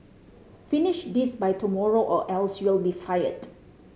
finish this by tomorrow or else you'll be fired